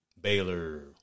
Baylor